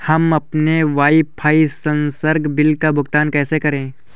हम अपने वाईफाई संसर्ग बिल का भुगतान कैसे करें?